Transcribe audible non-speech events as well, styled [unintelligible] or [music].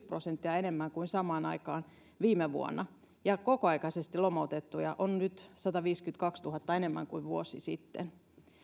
[unintelligible] prosenttia enemmän kuin samaan aikaan viime vuonna ja kokoaikaisesti lomautettuja on nyt sadanviidenkymmenenkahdentuhannen enemmän kuin vuosi sitten